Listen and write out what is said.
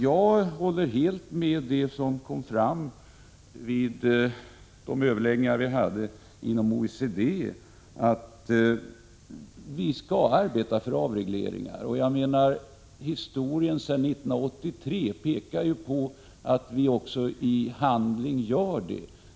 Jag håller helt med om det som kom fram vid överläggningarna inom OECD, att vi skall arbeta för avregleringar. Historien pekar sedan 1983 på att vi också i handling arbetar på detta sätt.